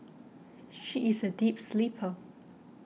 she is a deep sleeper